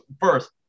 First